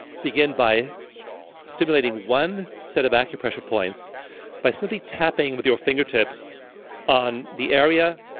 begin by stimulating one set of acupressure points by simply tapping with your fingertips on the area